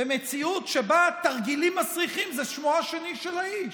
במציאות שבה תרגילים מסריחים זה שמו השני של האיש,